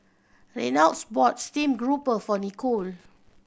Reynolds bought steamed grouper for Nicole